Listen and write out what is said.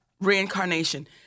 reincarnation